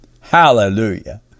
Hallelujah